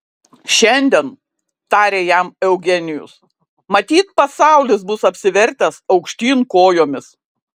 šiandien tarė jam eugenijus matyt pasaulis bus apsivertęs aukštyn kojomis